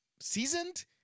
seasoned